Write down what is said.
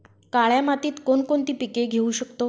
काळ्या मातीत कोणकोणती पिके घेऊ शकतो?